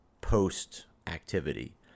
post-activity